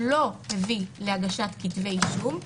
לא הביאו להגשת כתבי אישום.